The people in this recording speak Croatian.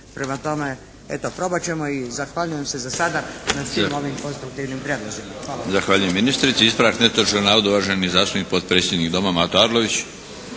Prema tome, eto probat ćemo i zahvaljujem se za sada na svim ovim konstruktivnim prijedlozima.